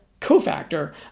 cofactor